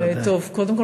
קודם כול,